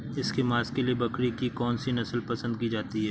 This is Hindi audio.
इसके मांस के लिए बकरी की कौन सी नस्ल पसंद की जाती है?